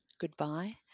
goodbye